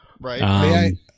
Right